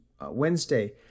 Wednesday